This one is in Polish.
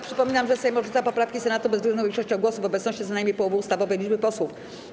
Przypominam, że Sejm odrzuca poprawki Senatu bezwzględną większością głosów w obecności co najmniej połowy ustawowej liczby posłów.